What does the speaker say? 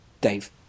Dave